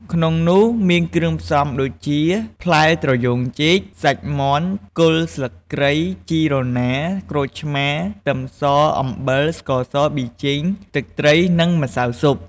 ក្នុងនោះ មានគ្រឿងផ្សំដូចជា ផ្លែត្រយូងចេក សាច់មាន់ គល់ស្លឹកគ្រៃ ជីរណារ ក្រូចឆ្មា ខ្ទឹមស អំបិល ស្ករស ប៊ីចេង ទឹកត្រី និងម្សៅស៊ុប។